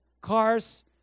cars